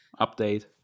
Update